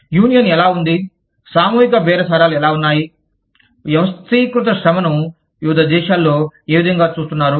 union ఎలా ఉంది సామూహిక బేరసారాలు ఎలా ఉన్నాయి వ్యవస్థీకృత శ్రమను వివిధ దేశాలలో ఏవిధంగా చూస్తున్నారు